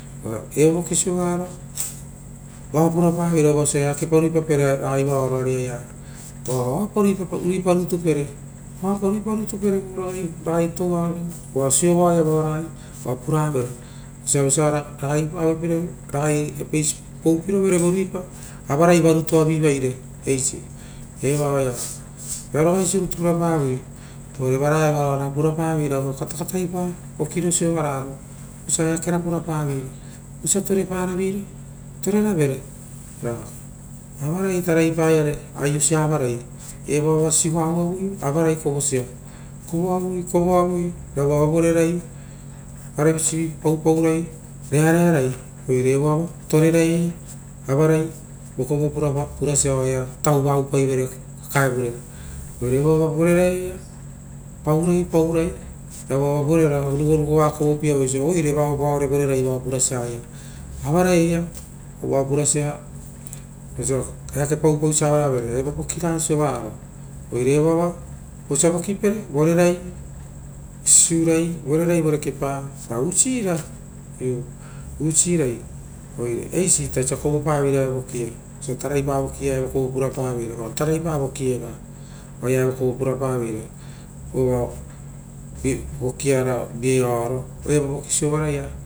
Ora evo voki sovararo ia uavu puravere vosia eakepa ripape varaoa ravaro. Ora vaopa riipa rutu pere vararoa, ragai toua rutu ia vao ragai oa puravere. Ora vosia apeisi poupirovere vo riipa ra avarai varituavi vaire eisi, eva oaia vearo vaisi rutu pura pavoi uvare vara evara oara purapaveira vo katakataipa vokiro sovararo. Vosia eakera purapavoi, vosa to reparaveira, toreravere ra avarai ita raivar re aisosia ita evoa va sigoto ouavo eva, kovoavoio kovoavoi a voava voreiaa opesiei paupaura, rearearai oire evoa va torerai aia avarai vokovo purasia oaia tauva oupai vere kakaevure ire evoava, vorerai paurai paurai oirera ougorugoa kouopieavo ra oisio purara oire ra vorera vao purasia, avarai ai a kovoa purasia, vosia eake paupausia avaravere evo voki raga sovararo, oire vosia evoava vosia vokipere karepai sisiurai, vorerai vore kepa ra usira iu, usirai ore ita eisi ita osia kovopa veira evo vokia osia taraipa voki, tataipa voki eva oaia evo koropura paveira. Vora vokiara viei aroia, uva evoki sovararo.